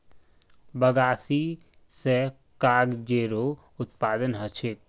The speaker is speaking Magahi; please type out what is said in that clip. बगासी स कागजेरो उत्पादन ह छेक